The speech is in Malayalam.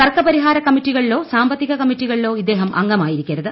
തർക്ക പരിഹാര കമ്മറ്റികളിലോ സാമ്പത്തിക കമ്മറ്റികളിലോ ഇദ്ദേഹം അംഗമായിരിക്കരുത്